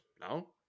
No